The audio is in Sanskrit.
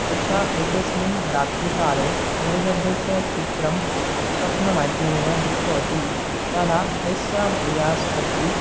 उषा एकस्मिन् रात्रिकाले अनिरुद्धस्य चित्रं स्वप्नमाध्यमेन दृष्टवती तदा तस्याः प्रिया सखी